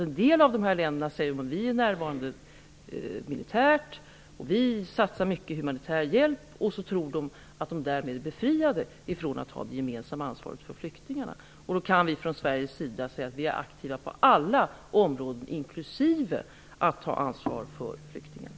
En del länder säger att de är närvarande militärt och satsar mycket på humanitär hjälp, och de tror att de därmed är befriade från att ta det gemensamma ansvaret för flyktingarna. Då kan vi från Sveriges sida säga att vi är aktiva på alla områden, inklusive att ta ansvar för flyktingarna.